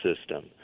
system